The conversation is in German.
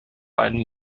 beiden